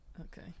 Okay